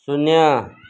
शून्य